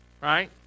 right